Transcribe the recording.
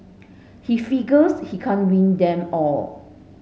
he figures he can't win them all